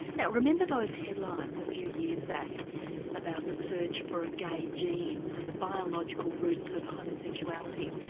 now remember those headlines a few years back about the search for a gay gene, and the biological roots of homosexuality?